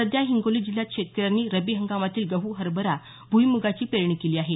सध्या हिंगोली जिल्ह्यात शेतकऱ्यांनी रबी हंगामातील गहू हरभरा भूईमुगाची पेरणी केली आहे